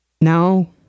Now